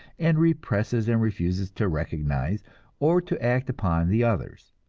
and represses and refuses to recognize or to act upon the others.